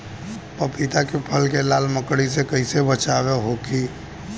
पपीता के फल के लाल मकड़ी से कइसे बचाव होखि?